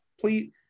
please